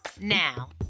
Now